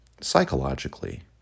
psychologically